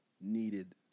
needed